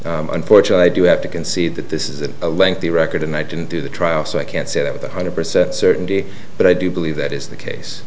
so unfortunately i do have to concede that this is a lengthy record and i didn't do the trial so i can't say that a hundred percent certainty but i do believe that is the case